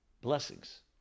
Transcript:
blessings